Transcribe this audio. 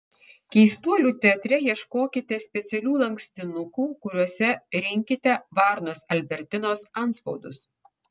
keistuolių teatre ieškokite specialių lankstinukų kuriuose rinkite varnos albertinos antspaudus